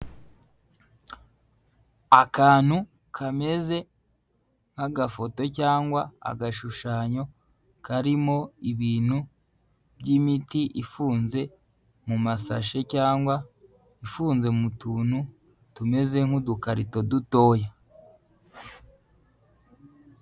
Akantu kameze nk'agafoto cyangwa agashushanyo karimo ibintu by'imiti ifunze mu masashe cyangwa ifunze mu tuntu tumeze nk'udukarito dutoya.